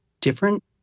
different